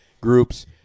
groups